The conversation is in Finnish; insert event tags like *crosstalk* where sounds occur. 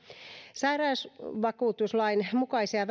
sairausvakuutuslain mukaisia *unintelligible*